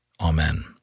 Amen